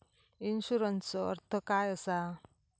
इन्शुरन्सचो अर्थ काय असा?